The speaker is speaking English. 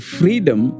freedom